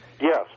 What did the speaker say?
Yes